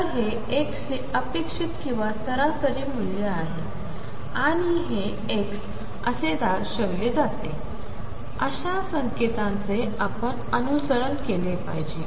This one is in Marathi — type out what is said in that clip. तर हे x चे अपेक्षित किंवा सरासरी मूल्य आहे आणि हे ⟨x⟩ असे दर्शविले जाते अशा संकेतांचे आपण अनुसरण केले पाहिजे